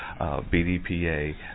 BDPA